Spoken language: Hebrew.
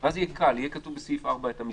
ואז יהיה קל, יהיה כתוב בסעיף 4 את המסגרת,